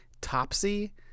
Topsy